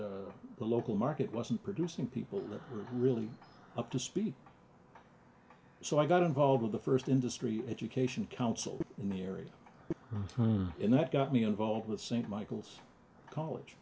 that the local market wasn't producing people that were really up to speed so i got involved with the first industry education council in the area and that got me involved with st michael's college